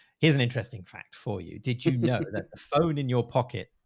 here's an interesting fact for you. did you know that the phone in your pocket.